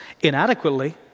Inadequately